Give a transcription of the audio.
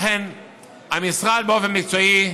לכן, המשרד, באופן מקצועי,